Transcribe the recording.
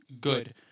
good